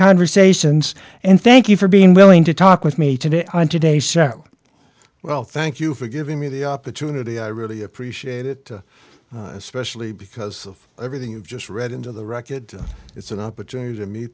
conversations and thank you for being willing to talk with me today on today sir well thank you for giving me the opportunity i really appreciate it especially because of everything you've just read into the rocket it's an opportunity to me